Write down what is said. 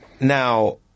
Now